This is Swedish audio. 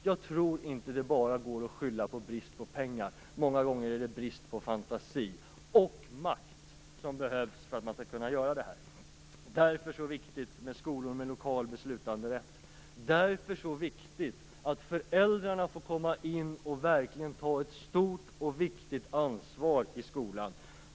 Jag tror inte att det bara går att skylla på bristen på pengar. Många gånger är det brist på fantasi och brist på den makt som behövs för att man skall kunna detta. Därför är det viktigt med skolor med lokal beslutsrätt. Därför är det också viktigt att föräldrarna får komma in och verkligen ta ett stort och viktigt ansvar i skolan.